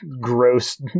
gross